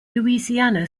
louisiana